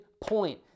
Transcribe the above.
point